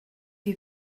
you